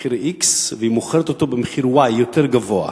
במחיר x והיא מוכרת אותם במחיר y יותר גבוה.